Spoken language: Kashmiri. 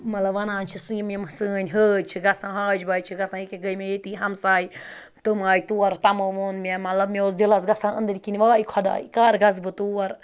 مطلب وَنان چھِس یِم یِم سٲنۍ حٲج چھِ گژھان حاج باے چھِ گژھان ییٚکیٛاہ گٔے مےٚ ییٚتی ہَمساے تم آے تورٕ تَمو وۄنۍ مےٚ مطلب مےٚ اوس دِلَس گژھان أنٛدٕرۍ کِنۍ واے خۄداے کَر گژھٕ بہٕ تور